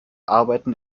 arbeiten